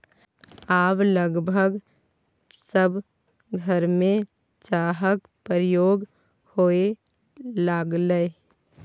आब लगभग सभ घरमे चाहक प्रयोग होए लागलै